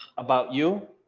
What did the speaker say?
about you.